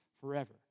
forever